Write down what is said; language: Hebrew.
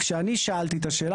כשאני שאלתי את השאלה,